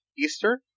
Eastern